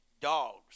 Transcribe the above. dogs